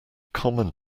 common